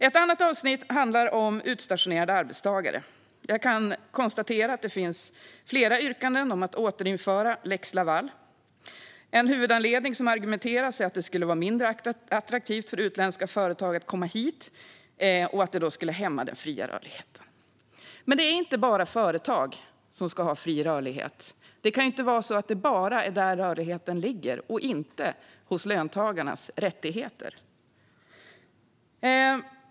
Ett annat avsnitt handlar om utstationerade arbetstagare. Jag kan konstatera att det finns flera yrkanden om att återinföra lex Laval. En huvudanledning som förs fram är att det nu skulle vara mindre attraktivt för utländska företag att komma hit och att det skulle hämma den fria rörligheten. Det är dock inte bara företag som ska ha fri rörlighet. Det kan inte vara så att det bara är där rörligheten ligger och inte hos löntagarnas rättigheter.